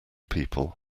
people